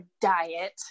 diet